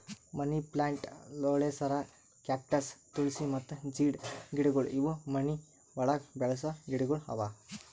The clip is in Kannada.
ಮನಿ ಪ್ಲಾಂಟ್, ಲೋಳೆಸರ, ಕ್ಯಾಕ್ಟಸ್, ತುಳ್ಸಿ ಮತ್ತ ಜೀಡ್ ಗಿಡಗೊಳ್ ಇವು ಮನಿ ಒಳಗ್ ಬೆಳಸ ಗಿಡಗೊಳ್ ಅವಾ